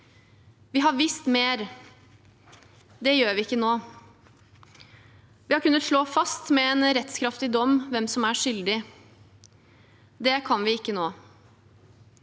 Vi har visst mer. Det gjør vi ikke nå. Vi har tidligere kunnet slå fast med en rettskraftig dom hvem som er skyldig. Det kan vi ikke nå.